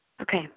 Okay